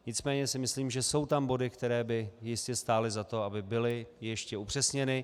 Nicméně si myslím, že jsou tam body, které by jistě stály za to, aby byly ještě upřesněny.